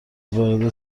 وارد